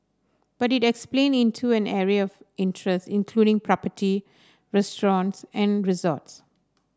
but it expanded into an array of interests including property restaurants and resorts